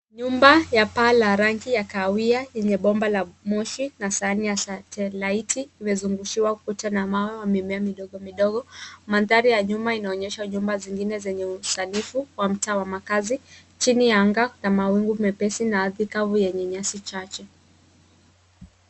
Nyumba ya paa la ranhi kahawia yenye bomba la moshi na sahani ya setilaiti imezungushiwa ukuta wa mawe na mimea midogomidogo. Mandhari ya nyuma inaonyesha nyumba zingine zenye usanifu wa mtaa wa makazi. Chini ya anga kuna mawingu mepesi na ardhi yenye nyasi chache